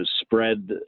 spread